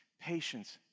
patience